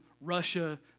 Russia